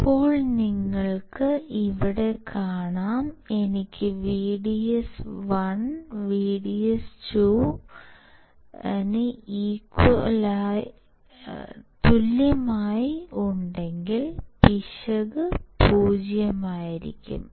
ഇപ്പോൾ നിങ്ങൾക്ക് ഇവിടെ കാണാം എനിക്ക് VDS1 VDS2 ഉണ്ടെങ്കിൽ പിശക് 0 ആയിരിക്കും